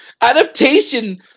Adaptation